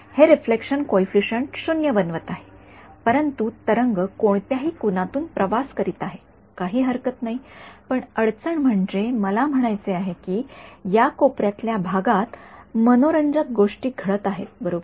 हे reflection coefficient 0 बनवत आहे परंतु तरंग कोणत्याही कोनातून प्रवास करीत आहे काही हरकत नाही पण अडचण म्हणजे मला म्हणायचे आहे की या कोपऱ्यातल्या भागात मनोरंजक गोष्टी घडत आहेत बरोबर